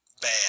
bad